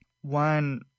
one